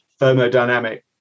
thermodynamic